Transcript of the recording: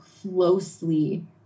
closely